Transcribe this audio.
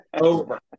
over